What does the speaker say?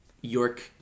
York